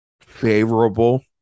favorable